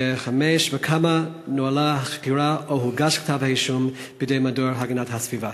5. בכמה נוהלה החקירה או הוגש כתב-האישום בידי מדור הגנת הסביבה?